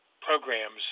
programs